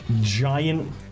giant